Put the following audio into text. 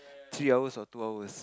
three hours or two hours